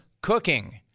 cooking